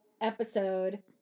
episode